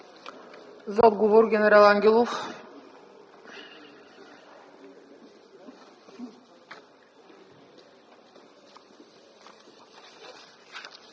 За отговор – генерал Ангелов.